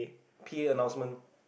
p_a announcement